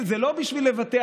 זה לא בשביל לבטח,